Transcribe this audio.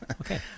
Okay